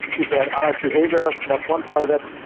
we said honest behavior, that's one part of it.